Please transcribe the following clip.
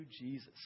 Jesus